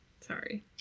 Sorry